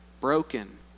broken